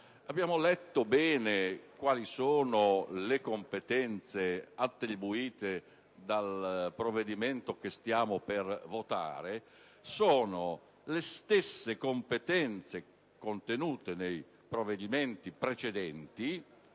Abbiamo letto bene quali sono le competenze attribuite dal provvedimento che stiamo per votare? Esse sono le stesse competenze contenute in uno specifico provvedimento precedente,